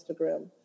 Instagram